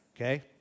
Okay